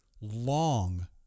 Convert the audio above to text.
long